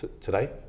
today